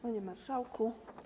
Panie Marszałku!